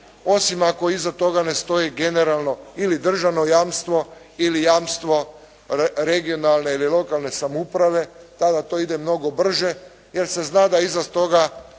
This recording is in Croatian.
osim ako iza toga ne stoji generalno ili državno jamstvo ili jamstvo regionalne ili lokalne samouprave tada to ide mnogo brže jer se zna da iza toga